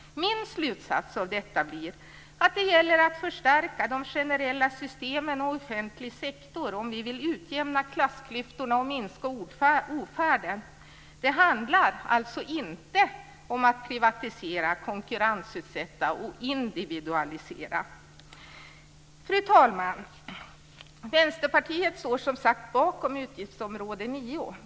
Min slutsats av detta blir att det gäller att förstärka de generella systemen och offentlig sektor om vi vill utjämna klassklyftorna och minska ofärden. Det handlar alltså inte om att privatisera, konkurrensutsätta och individualisera. Fru talman! Vänsterpartiet står som sagt bakom utgiftsområde 9.